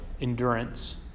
endurance